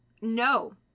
No